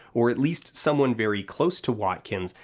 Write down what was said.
or at least someone very close to watkins,